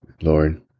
Lord